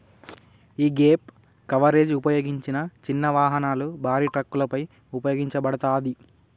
యీ gap coverage ఉపయోగించిన చిన్న వాహనాలు, భారీ ట్రక్కులపై ఉపయోగించబడతాది